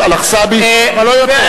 "עלא חסאבי", אבל לא יותר.